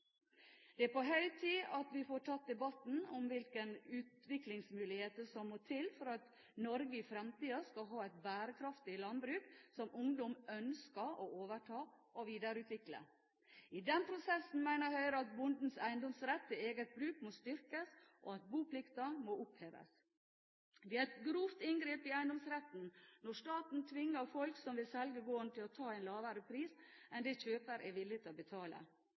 Det er på høy tid at vi får tatt debatten om hvilke utviklingsmuligheter som må til for at Norge i fremtiden skal ha et bærekraftig landbruk som ungdom ønsker å overta og videreutvikle. I den prosessen mener Høyre at bondens eiendomsrett til eget bruk må styrkes, og at boplikten må oppheves. Det er et grovt inngrep i eiendomsretten når staten tvinger folk som vil selge gården, til å ta en lavere pris enn det kjøper er villig til å betale.